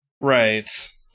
Right